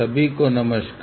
सभी को नमस्कार